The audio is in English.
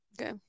Okay